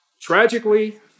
Tragically